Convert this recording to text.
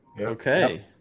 Okay